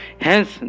Hence